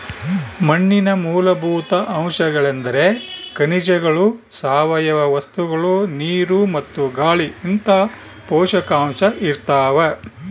ಮಣ್ಣಿನ ಮೂಲಭೂತ ಅಂಶಗಳೆಂದ್ರೆ ಖನಿಜಗಳು ಸಾವಯವ ವಸ್ತುಗಳು ನೀರು ಮತ್ತು ಗಾಳಿಇಂತಹ ಪೋಷಕಾಂಶ ಇರ್ತಾವ